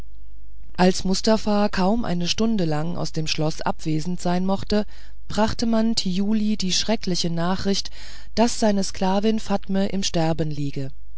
als mustafa kaum eine stunde lang aus dem schloß abwesend sein mochte brachte man thiuli die schreckliche nachricht daß seine sklavin fatme im sterben liege